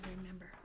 remember